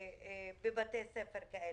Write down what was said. בבתי ספר כאלה.